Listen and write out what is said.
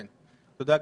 תודה,